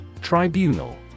Tribunal